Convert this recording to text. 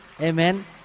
Amen